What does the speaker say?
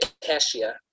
cashier